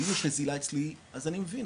ואם יש נזילה אצלי אז אני מבין,